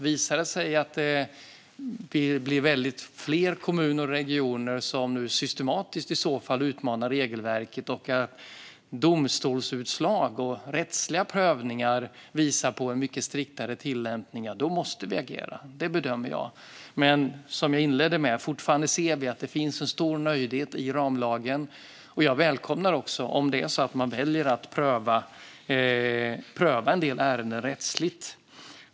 Visar det sig att det blir fler kommuner och regioner som systematiskt utmanar regelverket och att domstolsutslag och rättsliga prövningar visar på en mycket striktare tillämpning måste vi agera. Jag bedömer att vi måste göra det. Men, som jag inledde med att säga, vi ser fortfarande att det finns en stor nöjdhet i ramlagen. Jag välkomnar också att man väljer att pröva en del ärenden rättsligt.